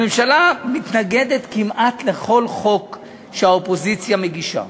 הממשלה מתנגדת כמעט לכל חוק שהאופוזיציה מגישה.